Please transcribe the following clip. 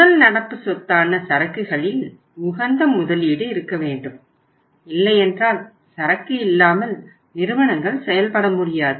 முதல் நடப்பு சொத்தான சரக்குகளில் உகந்த முதலீடு இருக்க வேண்டும் இல்லையென்றால் சரக்கு இல்லாமல் நிறுவனங்கள் செயல்பட முடியாது